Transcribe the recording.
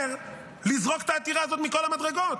אומר: לזרוק את העתירה הזאת מכל המדרגות.